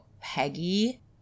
Peggy